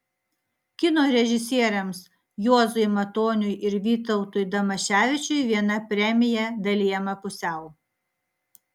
kino režisieriams juozui matoniui ir vytautui damaševičiui viena premija dalijama pusiau